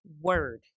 word